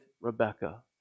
Rebecca